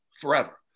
forever